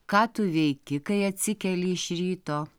ką tu veiki kai atsikeli iš ryto